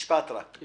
רק משפט, אל